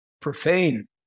profane